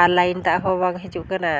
ᱟᱨ line ᱫᱟᱜ ᱦᱚᱸ ᱵᱟᱝ ᱦᱤᱡᱩᱜ ᱠᱟᱱᱟ